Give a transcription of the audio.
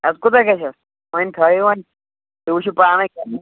اَدٕ کوٗتاہ گَژھیٚس وۄنۍ تھٲیِو وۄنۍ تُہۍ وٕچھُو پانٔے